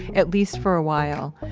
at least for a while.